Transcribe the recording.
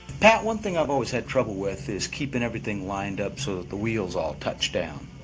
pat, one thing i've always had trouble with is keeping everything lined up so that the wheel is all touched down.